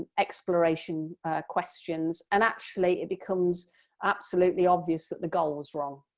exploration questions and actually it becomes absolutely obvious that the goal was wrong.